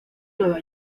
nueva